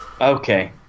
Okay